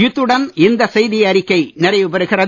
இத்துடன் இந்த செய்தியறிக்கை நிறைவுபெறுகிறது